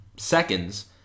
seconds